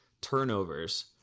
turnovers